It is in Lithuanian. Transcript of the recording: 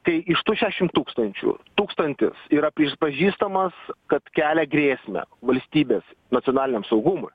tai iš tų šešiasdešimt tūkstančių tūkstis yra pripažįstamas kad kelia grėsmę valstybės nacionaliniam saugumui